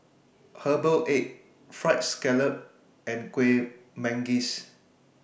Herbal Egg Fried Scallop and Kueh Manggis